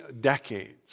decades